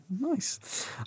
nice